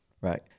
Right